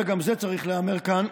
גם זה צריך להיאמר כאן,